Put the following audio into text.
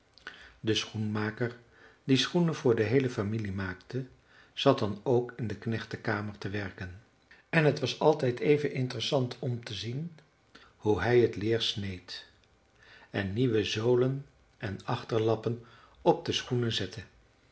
de schoenmaker die schoenen voor de heele familie maakte zat dan ook in de knechtenkamer te werken en t was altijd even interessant om te zien hoe hij t leer sneed en nieuwe zolen en achterlappen op de schoenen zette